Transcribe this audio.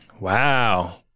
wow